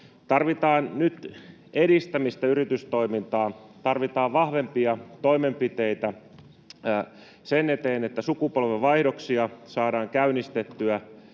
Tarvitaan nyt edistämistä yritystoimintaan. Tarvitaan vahvempia toimenpiteitä sen eteen, että sukupolvenvaihdoksia saadaan käynnistettyä